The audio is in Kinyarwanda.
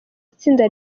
itsinda